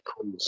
cool